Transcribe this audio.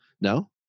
No